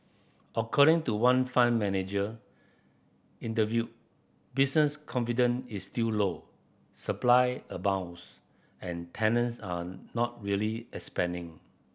according to one fund manager interviewed business confident is still low supply abounds and tenants are not really expanding